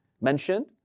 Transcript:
mentioned